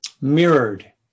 mirrored